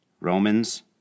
Romans